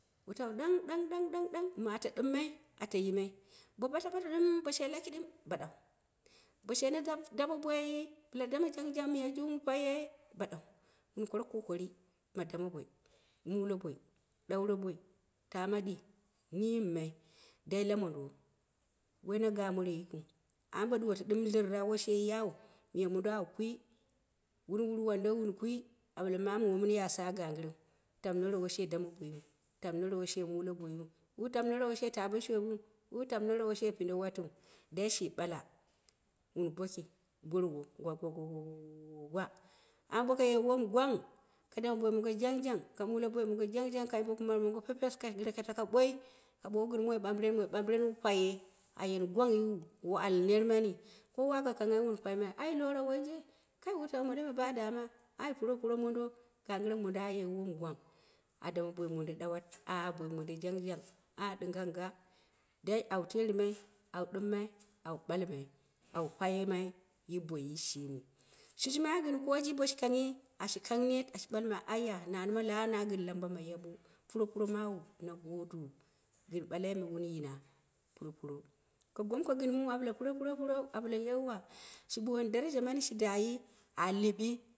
Wutau an ɗangɗang ɗangɗang, mɨ ata ɗimmai at ajimai, bo bato bato ɗɨm she laki ɗɨm baɗau, bo na dap dameboi bila dam jang jang mij- jung paye baɗau, mɨn kora kokari ma dame boi mule boi taama ɗii. niim mai dai la mondou woi na gaamoro yikiu amma ba ɗuwoto lɨrraa woi she yaiu miya mondo awu kwii, wurikwu an doo gɨn kwii awu ɓale wula mo, mu woi mɨn ya sa'a gangɨgɨreu tamɨnoro woi shi dama boiyiu, tamɨnoro woi muwe boiyiu, tamnoroi woi she taa bo shiwiu ko tamɨnoroi woshe pinde wataiu. dai shi gala mɨn boki gwakoko koko kokowa amma boka ye wom gwang ka dame boim mongo jang jang ka yambe kumot mongo jang jang, ka yambe kumar mong pepes ka gɨre ka tako boi ka boowu gɨn moi ɓambɨren, moi ɓambir e wu paye ayini gwan yiwu wu al nei mani kowa aka kanghai wun paima. ai lowoi je kai wutau mondo me ba daama, anya puro puno mondo gangire mondo a yie wom gwang a dame boi mondo dawat, ah boim mondo jang jang ah ɗinganga dai awu terɨmai awu ɗɨmm ai awu ɓalmai, awu pail mai yiwu boiyi shimi, shi jima gɨn kooji bo shi k anghi ashi kangnet ashi salmai ayya nani ma na la ana lamba ma yabo pupopun mawu na guduwu gɨn ɓalai me wun yina puropuro kɨ gomko gin mu a ɓale puropuro puropuro a ɓale yauwa shi boomi dare mani shi daayi a lɨɓi a